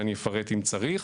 ואני אפרט אם צריך.